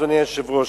אדוני היושב-ראש,